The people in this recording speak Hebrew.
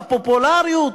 והפופולריות,